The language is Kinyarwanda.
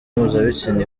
mpuzabitsina